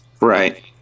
Right